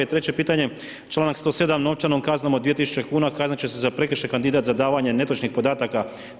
I treće pitanje, članak 107 novčanom kaznom od 2000 kuna kazniti će se za prekršaj kandidat za davanje netočnih podataka.